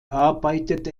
arbeitet